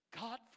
God